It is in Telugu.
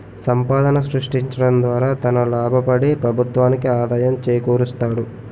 సంపాదన సృష్టించడం ద్వారా తన లాభపడి ప్రభుత్వానికి ఆదాయం చేకూరుస్తాడు